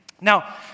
Now